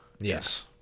Yes